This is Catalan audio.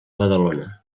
badalona